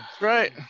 Right